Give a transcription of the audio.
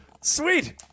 Sweet